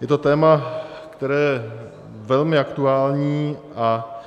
Je to téma, které je velmi aktuální, a